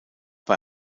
bei